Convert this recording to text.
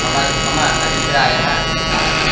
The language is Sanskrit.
मम मम अभिप्रायः नास्ति